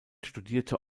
studierte